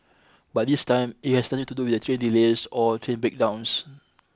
but this time it has nothing to do with train delays or train breakdowns